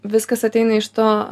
viskas ateina iš to